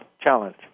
Challenge